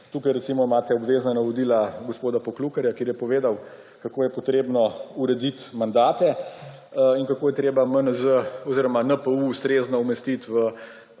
Tukaj, recimo, imate obvezna navodila gospoda Poklukarja, kjer je povedal, kako je potrebno urediti mandate in kako je treba NPU ustrezno umestiti v